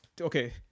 okay